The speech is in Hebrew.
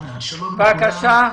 לכולם,